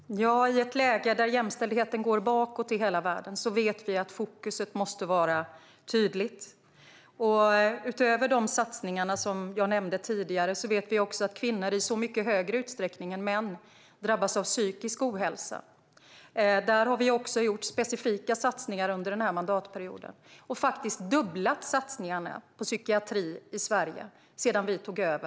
Herr talman! I ett läge där jämställdheten går bakåt i hela världen vet vi att fokus måste vara tydligt. Utöver de satsningar som jag nämnde tidigare drabbas kvinnor i så mycket större utsträckning än män av psykisk ohälsa. Där har vi också gjort specifika satsningar under den här mandatperioden. Sedan vi tog över 2014 har vi fördubblat satsningarna på psykiatrin i Sverige.